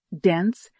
dense